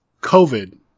COVID